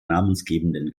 namensgebenden